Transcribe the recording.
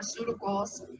pharmaceuticals